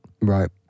Right